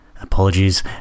apologies